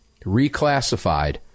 reclassified